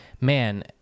man